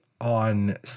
on